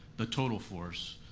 the total force,